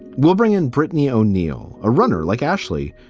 we'll bring in britney o'neal, a runner like ashley,